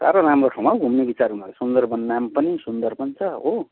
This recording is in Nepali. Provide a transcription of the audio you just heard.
साह्रो राम्रो ठाउँमा पो घुम्ने विचार गर्नु सुन्दरबन नाम पनि सुन्दर बन छ हो